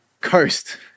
coast